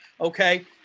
okay